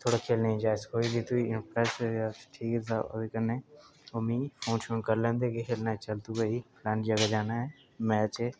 थोह्ड़ा खेढने दी जाच सखोई जंदी नेईं तां बैसे ठीक हा ओह्दे कन्नै ते ओह् मिगी फोन शोन करी लैंदे कि खेढने गी चल तू भाई टाइम जेकर जाना ऐ मैच ते